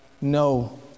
No